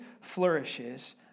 flourishes